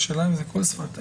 בערבית?